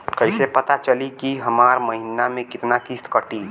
कईसे पता चली की हमार महीना में कितना किस्त कटी?